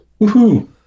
Woohoo